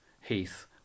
Heath